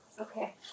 Okay